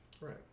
Right